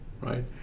right